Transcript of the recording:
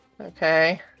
Okay